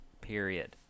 period